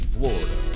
Florida